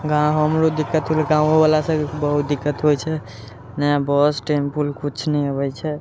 गाँव हमरो दिक्कत होलै गाँवओवला सबके बहुत दिक्कत होइ छै ने बस टेम्पूल कुछ नहि अबै छै